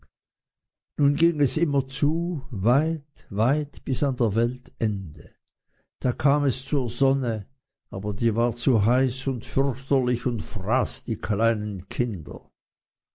nun ging es immerzu weit weit bis an der welt ende da kam es zur sonne aber die war zu heiß und fürchterlich und fraß die kleinen kinder